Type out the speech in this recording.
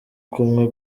kumwe